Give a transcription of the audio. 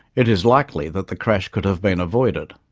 it is likely that the crash could have been avoided.